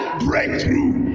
breakthrough